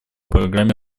программе